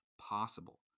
possible